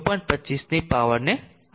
25 ની પાવરને આપવામાં આવે છે